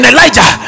Elijah